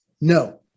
No